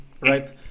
Right